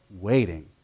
waiting